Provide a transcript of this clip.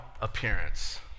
appearance